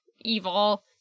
evil